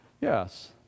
yes